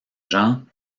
jean